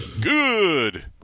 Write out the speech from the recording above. good